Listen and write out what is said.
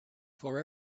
for